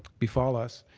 befall us